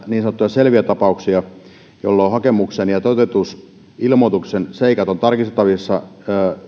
niin sanottuja selviä tapauksia jolloin hakemuksen ja toteutusilmoituksen seikat ovat tarkistettavissa